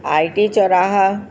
आई T चौराहा